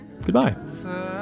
goodbye